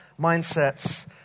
mindsets